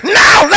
now